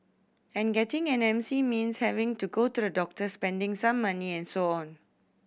and getting an M C means having to go to the doctor spending some money and so on